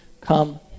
come